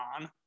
on